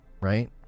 right